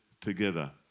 together